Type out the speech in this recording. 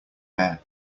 air